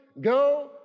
Go